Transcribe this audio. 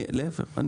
להיפך.